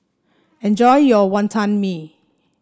enjoy your Wantan Mee